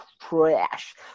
trash